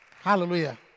Hallelujah